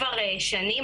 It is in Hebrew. כבר שנים,